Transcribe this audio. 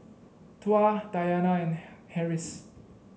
Tuah Dayana and Harris